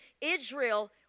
Israel